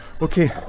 Okay